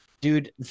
dude